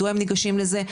מדוע הם ניגשים לזה.